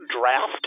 Draft